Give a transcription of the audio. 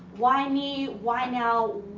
why me? why now?